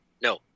No